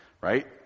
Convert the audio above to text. Right